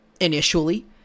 initially